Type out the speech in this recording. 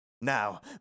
Now